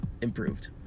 improved